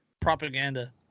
Propaganda